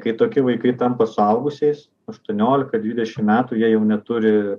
kai toki vaikai tampa suaugusiais aštuoniolika dvidešim metų jie jau neturi